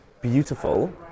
beautiful